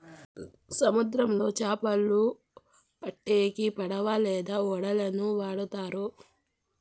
సముద్రంలో చాపలు పట్టేకి పడవ లేదా ఓడలను వాడుతారు